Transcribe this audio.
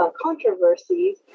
controversies